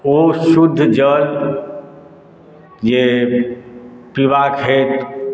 ओ शुद्ध जल जे पीबाक हेतु